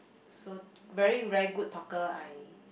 so very very good talker I